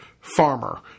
farmer